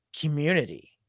community